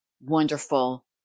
wonderful